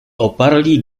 oparli